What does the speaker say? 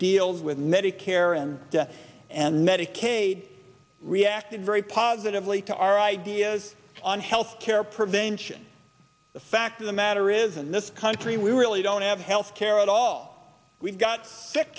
deals with medicare and and medicaid reacted very positively to our ideas on health care prevention the fact of the matter is in this country we really don't have health care at all we've got